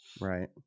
Right